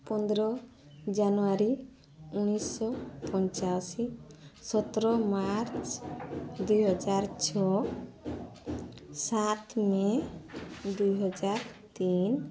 ପନ୍ଦର ଜାନୁୟାରୀ ଉଣେଇଶିଶହ ପଞ୍ଚାଅଶି ସତର ମାର୍ଚ୍ଚ ଦୁଇ ହଜାର ଛଅ ସାତ ମେ ଦୁଇ ହଜାର ତିନି